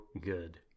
good